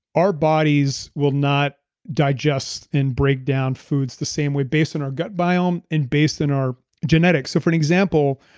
our bodies will not digest and breakdown foods the same way based on our gut biome and based on our genetics. so for an example,